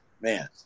man